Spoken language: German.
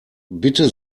bitte